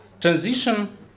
transition